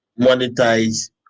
monetize